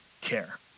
care